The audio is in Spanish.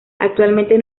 actualmente